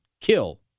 kill